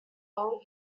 are